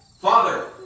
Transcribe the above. Father